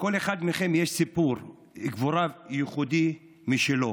לכל אחד מכם יש סיפור גבורה ייחודי משלו,